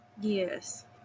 Yes